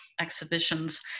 exhibitions